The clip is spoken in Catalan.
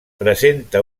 presenta